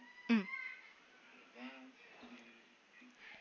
mm